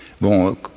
Bon